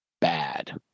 bad